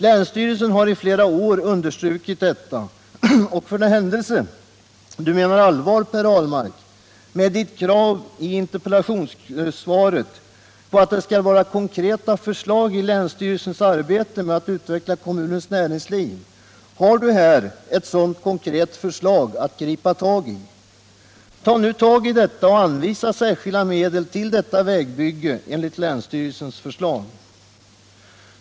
Länsstyrelsen har i flera år understrukit detta, och för den händelse ni menar allvar, Per Ahlmark, med ert krav i interpellationssvaret på att det skall vara konkreta förslag när det gäller länsstyrelsens arbete med att utveckla kommunens näringsliv har ni här ett sådant konkret förslag att gripa tag i. Ta nu tag i detta och anvisa särskilda medel till detta vägbygge enligt länsstyrelsens förslag!